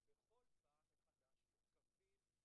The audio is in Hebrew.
בכל פעם מחדש מותקפים,